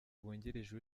wungirije